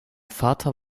vater